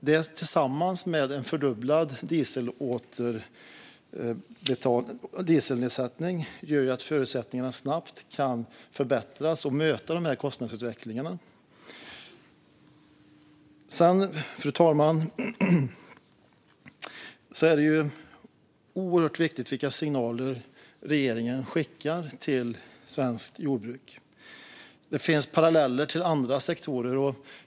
Detta tillsammans med en fördubblad dieselnedsättning gör att förutsättningarna snabbt kan förbättras och att man kan möta kostnadsutvecklingen. Fru talman! Det är oerhört viktigt vilka signaler regeringen skickar till svenskt jordbruk. Det finns paralleller till andra sektorer.